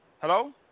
Hello